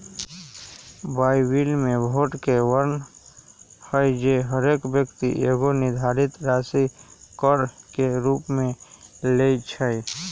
Bible में भोट के वर्णन हइ जे हरेक व्यक्ति एगो निर्धारित राशि कर के रूप में लेँइ छइ